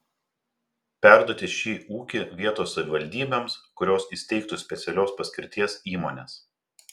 perduoti šį ūkį vietos savivaldybėms kurios įsteigtų specialios paskirties įmones